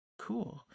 Cool